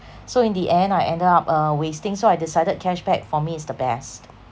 so in the end I ended up uh wasting so I decided cashback for me is the best